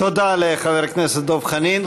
תודה לחבר הכנסת דב חנין.